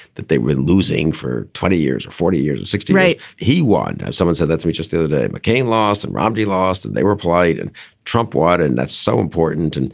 that they were losing for twenty years or forty years or sixty. right. he won. someone said that's we just did today. mccain lost and romney lost. and they were and trump water. and that's so important. and